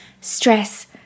Stress